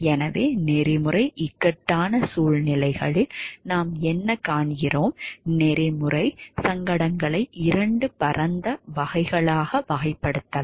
எனவே நெறிமுறை இக்கட்டான சூழ்நிலைகளில் நாம் என்ன காண்கிறோம் நெறிமுறை சங்கடங்களை இரண்டு பரந்த வகைகளாக வகைப்படுத்தலாம்